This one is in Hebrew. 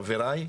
חבריי,